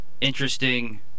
interesting